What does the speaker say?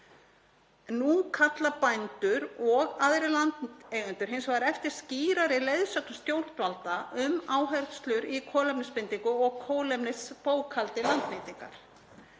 Nú kalla bændur og aðrir landeigendur hins vegar eftir skýrari leiðsögn stjórnvalda um áherslur í kolefnisbindingu og kolefnisbókhaldi landnýtingar.